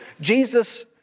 Jesus